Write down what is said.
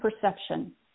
perception